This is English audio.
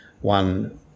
one